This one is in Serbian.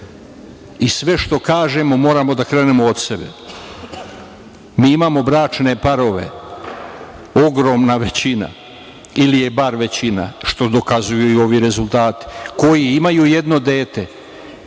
i sve što kažemo, moramo da krenemo od sebe. Mi imamo bračne parove, ogromna većina ili je bar većina, što dokazuju i ovi rezultati, koji imaju jedno dete.